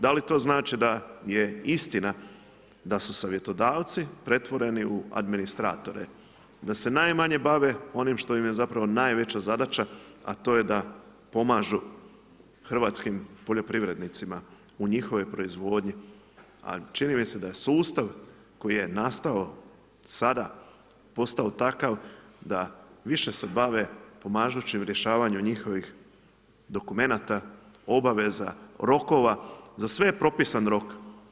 Da li to znači da je istina da su savjetodavci pretvoreni u administratore, da se najmanje bave onim što im je zapravo najveća zadaća a to je da pomažu hrvatskim poljoprivrednicima u njihovoj proizvodnji a čini mi se da je sustav koji je nastao sada, postao takav da više se bave pomažući u rješavanju njihovih dokumenata, obaveza rokova, za sve je potpisan rok.